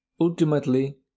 Ultimately